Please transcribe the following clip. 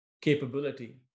capability